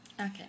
Okay